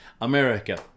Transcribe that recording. America